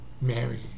Mary